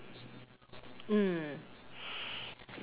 mm